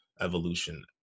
evolution